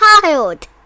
child